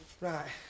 Right